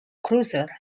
cruiser